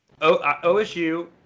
OSU